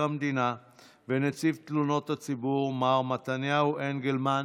המדינה ונציב תלונות הציבור מר מתניהו אנגלמן,